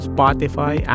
Spotify